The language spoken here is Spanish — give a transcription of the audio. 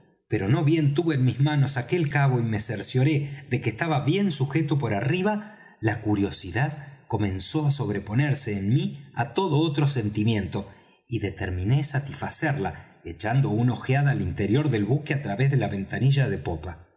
pero no bien tuve en mis manos aquel cabo y me cercioré de que estaba bien sujeto por arriba la curiosidad comenzó á sobreponerse en mí á todo otro sentimiento y determiné satisfacerla echando una ojeada al interior del buque á través de la ventanilla de popa